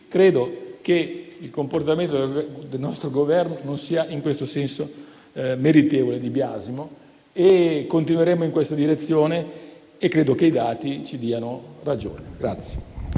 Ritengo che il comportamento del nostro Governo non sia in questo senso meritevole di biasimo. Continueremo in questa direzione e credo che i dati ci diano ragione.